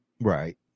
Right